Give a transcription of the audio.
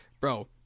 bro